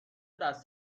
دست